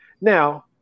now